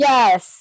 Yes